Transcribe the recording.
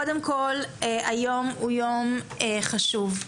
היום הוא יום חשוב.